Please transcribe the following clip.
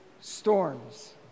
storms